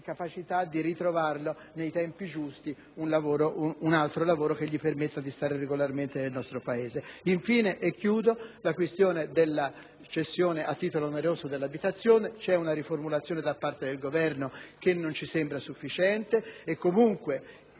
incapacità di ritrovare nei tempi giusti un altro lavoro che gli permetta di stare regolarmente nel nostro Paese. Infine, per quanto riguarda la cessione a titolo oneroso dell'abitazione, la riformulazione da parte del Governo non ci sembra sufficiente. Comunque